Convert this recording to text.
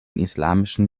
islamischen